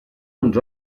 uns